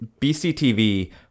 BCTV